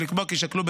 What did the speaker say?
ולקבוע כי יישקלו,